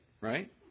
right